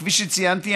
כפי שציינתי,